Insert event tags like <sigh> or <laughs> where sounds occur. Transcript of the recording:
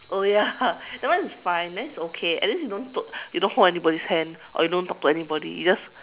oh ya <laughs> that one is fine that one is okay at least you don't you don't hold anybody's hand or you don't talk to anybody you just